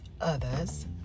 others